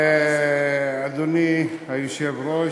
אדוני היושב-ראש,